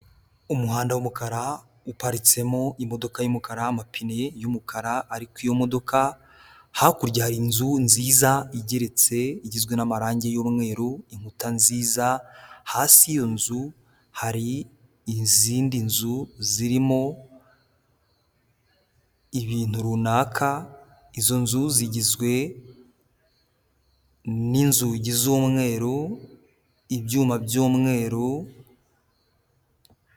Umuhanda w'umukara uparitsemo imodoka y'umukara, amapine y'umukara ari ku iyo modoka, hakurya hari inzu nziza igeretse, igizwe n'amarangi y'umweru, inkuta nziza, hasi y'iyo nzu hari izindi nzu zirimo ibintu runaka, izo nzu zigizwe n'inzugi z'umweru, ibyuma by'umweru.